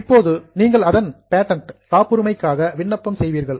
இப்போது நீங்கள் அதன் பேட்டண்ட் காப்புரிமைக்காக விண்ணப்பம் செய்வீர்கள்